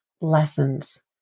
lessons